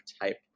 type